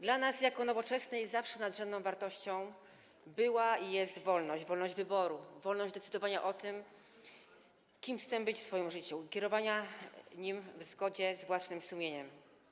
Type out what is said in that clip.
Dla nas jako Nowoczesnej nadrzędną wartością zawsze była i jest wolność - wolność wyboru, wolność decydowania o tym, kim chcemy być w swoim życiu, kierowania nim w zgodzie z własnym sumieniem.